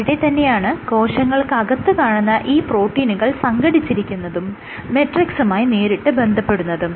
അവിടെ തന്നെയാണ് കോശങ്ങൾക്കകത്ത് കാണുന്ന ഈ പ്രോട്ടീനുകൾ സംഘടിച്ചിരിക്കുന്നതും മെട്രിക്സുമായി നേരിട്ട് ബന്ധപെടുന്നതും